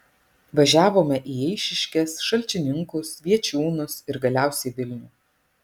važiavome į eišiškės šalčininkus viečiūnus ir galiausiai vilnių